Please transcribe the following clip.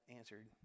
answered